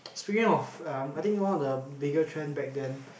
speaking of um I think one of the bigger trend back then